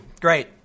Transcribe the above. Great